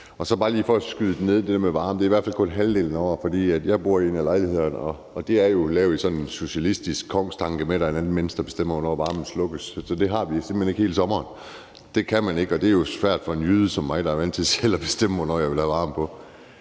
Og så bare lige for at skyde det der med varme ned vil jeg sige, at det i hvert fald kun er halvdelen af året, for jeg bor i en af lejlighederne, og det er jo lavet ud fra sådan en socialistisk kongstanke om, at der er et andet menneske, der bestemmer, hvornår varmen slukkes, så det har vi simpelt hen ikke hele sommeren. Det kan man ikke bestemme, og det er jo svært for en jyde som mig, der er vant til selv at bestemme, hvornår jeg vil have varme på.